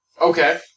Okay